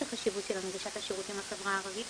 החשיבות של הנגשת השירותים לחברה הערבית.